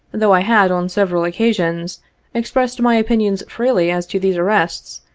though i had on several occasions expressed my opinions freely as to these arrests,